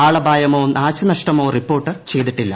ആളപായമോ ന്യാശ്രനുഷ്ടമോ റിപ്പോർട്ട് ചെയ്തിട്ടില്ല